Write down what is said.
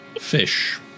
fish